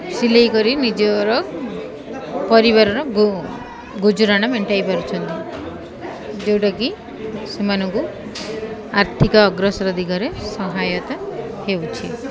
ସିଲେଇ କରି ନିଜର ପରିବାରର ଗୁଜୁରାଣ ମେଣ୍ଟାଇ ପାରୁଛନ୍ତି ଯେଉଁଟାକି ସେମାନଙ୍କୁ ଆର୍ଥିକ ଅଗ୍ରସର ଦିଗରେ ସହାୟତା ହେଉଛି